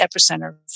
epicenter